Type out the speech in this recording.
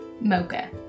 mocha